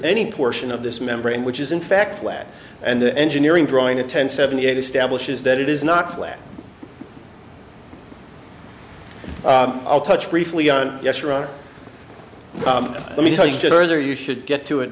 any portion of this membrane which is in fact flat and the engineering drawing to ten seventy eight establishes that it is not flat i'll touch briefly on yes rather let me tell you there you should get to it